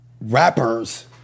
rappers